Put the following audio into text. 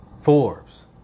Forbes